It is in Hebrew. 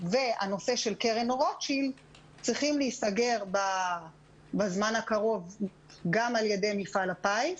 והנושא של קרן רוטשילד צריכים להיסגר בזמן הקרוב גם על ידי מפעל הפיס,